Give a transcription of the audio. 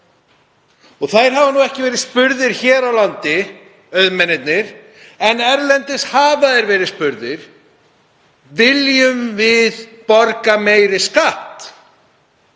Þeir hafa nú ekki verið spurðir hér á landi, auðmennirnir, en erlendis hafa þeir verið spurðir: Viljið þið borga meiri skatt?